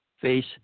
face